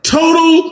total